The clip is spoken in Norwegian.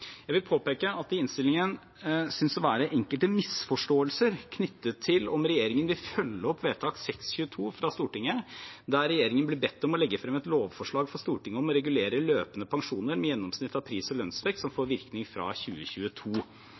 Jeg vil påpeke at det i innstillingen synes å være enkelte misforståelser knyttet til om regjeringen vil følge opp vedtak 622 fra Stortinget, der regjeringen blir bedt om å legge frem et lovforslag for Stortinget om å regulere løpende pensjoner med gjennomsnittet av pris- og lønnsvekst, som får virkning fra 2022.